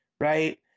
Right